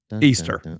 Easter